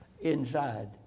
inside